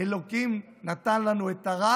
אלוקים נתן לנו את הרע